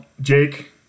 Jake